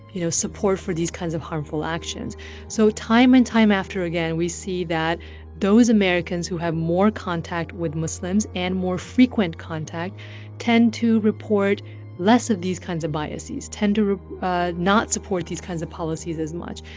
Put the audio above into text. you know, support for these kinds of harmful harmful actions so time and time after again, we see that those americans who have more contact with muslims and more frequent contact tend to report less of these kinds of biases, tend to not support these kinds of policies as much.